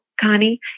Connie